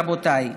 רבותיי,